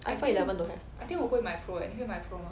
iphone eleven don't have